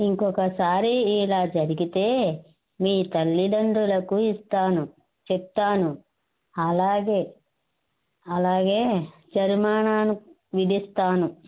ఇంకొక సారి ఇలా జరిగితే మీ తల్లిదండ్రులకు ఇస్తాను చెప్తాను అలాగె అలాగే జరిమానాను విధిస్తాను